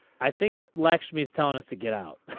i think lex means telling us to get out.